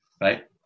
right